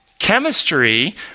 Chemistry